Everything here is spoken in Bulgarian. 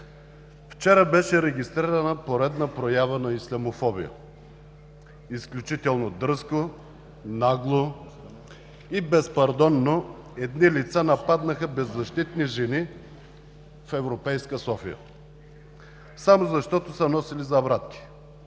Вчера беше регистрирана поредна проява на ислямофобия. Изключително дръзко, нагло и безпардонно едни лица нападнаха беззащитни жени в европейска София само защото са носили забрадки,